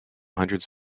hundreds